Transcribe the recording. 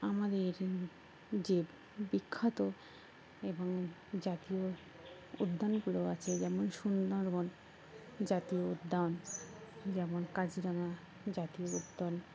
আমাদের যে বিখ্যাত এবং জাতীয় উদ্যানগুলো আছে যেমন সুন্দরবন জাতীয় উদ্যান যেমন কাজিরাঙা জাতীয় উদ্যান